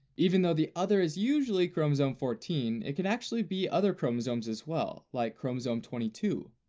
even though the other is usually chromosome fourteen, it can actually be other chromosomes as well, like chromosome twenty two.